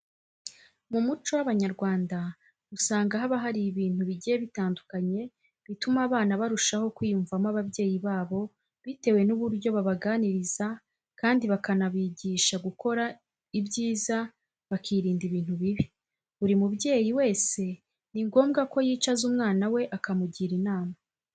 Mu muco w'Abanyarwanda usanga haba hari ibintu bigiye bitandukanye bituma abana barushaho kwiyumvamo ababyeyi babo bitewe n'uburyo babaganiriza kandi bakanabigisha gukora ibyiza bakirinda ibintu bibi. Buri mubyeyi wese ni ngombwa ko yicaza umwana we akamugira inama.